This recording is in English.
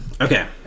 Okay